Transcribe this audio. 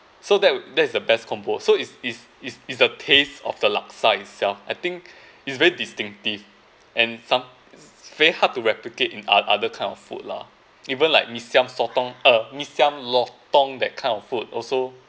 so that that is the best combo so is is is is the taste of the laksa itself I think it's very distinctive and thumb it's very hard to replicate in ot~ other kind of food lah even like mee siam sotong uh mee siam lotong that kind of food also